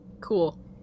Cool